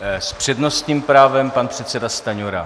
S přednostním právem pan předseda Stanjura.